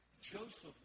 Joseph